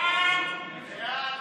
ההסתייגות